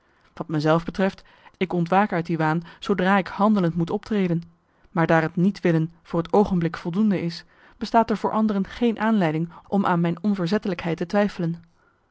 wat mezelf betreft ik ontwaak uit die waan zoodra ik handelend moet optreden maar daar het niet willen marcellus emants een nagelaten bekentenis voor het oogenblik voldoende is bestaat er voor anderen geen aanleiding om aan mijn onverzettelijkheid te twijfelen